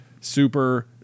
super